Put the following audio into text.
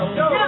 no